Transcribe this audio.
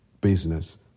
business